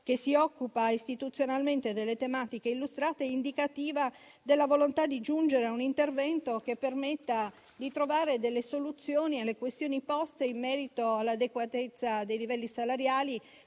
che si occupa istituzionalmente delle tematiche illustrate, è indicativa della volontà di giungere a un intervento che permetta di trovare delle soluzioni alle questioni poste in merito all'adeguatezza dei livelli salariali,